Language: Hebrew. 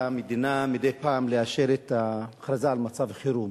המדינה מדי פעם לאשר את ההכרזה על מצב חירום.